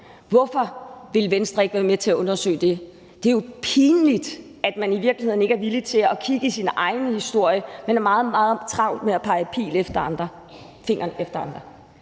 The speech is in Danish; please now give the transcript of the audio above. Hvorfor ville Venstre ikke være med til at undersøge det? Det er jo pinligt, at man i virkeligheden ikke er villig til at kigge på sin egen historie, men har meget, meget travlt med at pege fingre ad andre.